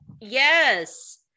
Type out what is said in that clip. Yes